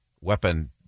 weapon